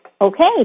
Okay